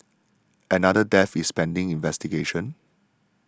another death is pending investigation